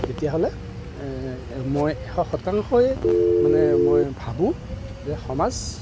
তেতিয়াহ'লে মই এশ শতাংশই মানে মই ভাবোঁ যে সমাজ